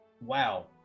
Wow